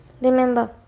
Remember